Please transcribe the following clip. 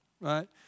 Right